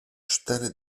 cztery